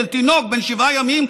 של תינוק בן שבעה ימים,